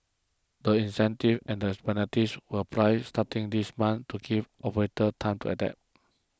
the incentives and penalties will apply starting this month to give operators time to adapt